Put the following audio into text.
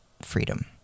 freedom